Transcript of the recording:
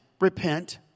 Repent